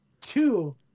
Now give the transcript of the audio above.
Two